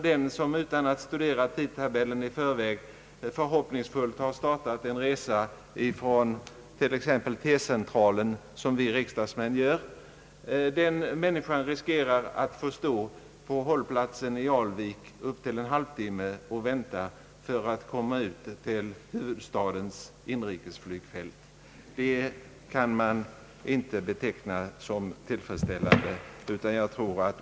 Den som — utan att studera tidtabellen i förväg — förhoppningsfullt har startat en resa från exempelvis T-centralen, som vi riksdagsmän ofta gör, har därför riskerat att få vänta vid hållplatsen i Alvik upp till en halv timme på att komma till huvudstadens inrikesflygfält. Detta kan inte betecknas som tillfredsställande.